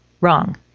Wrong